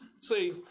See